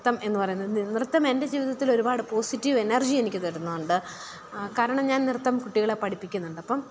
നൃത്തം എന്നു പറയുന്നത് നൃത്തം എൻ്റെ ജീവിതത്തിലൊരുപാട് പോസിറ്റീവ് എനർജിയെനിക്ക് തരുന്നുണ്ട് കാരണം ഞാൻ നൃത്തം കുട്ടികളെ പഠിപ്പിക്കുന്നുണ്ട് അപ്പം